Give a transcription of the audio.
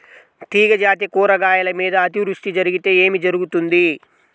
తీగజాతి కూరగాయల మీద అతివృష్టి జరిగితే ఏమి జరుగుతుంది?